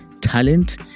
talent